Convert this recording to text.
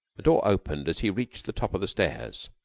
a door opened as he reached the top of the stairs,